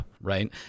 right